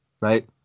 right